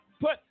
put